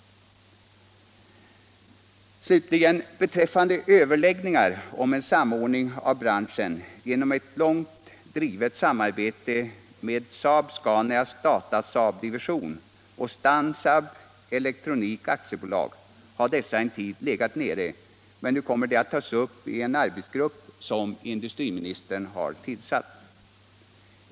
Slutligen några ord om en samordning av branschen. Överläggningarna om ett långt drivet samarbete mellan Stansaab och Datasaab har en tid legat nere men kommer nu att tas upp i en arbetsgrupp som industriministern tillsatt.